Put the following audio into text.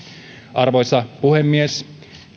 arvoisa puhemies